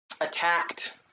attacked